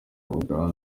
uganda